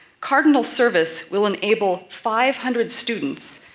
cardinal service will enable five hundred students,